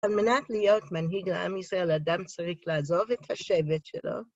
על מנת להיות מנהיג לעם ישראל, אדם צריך לעזוב את השבט שלו.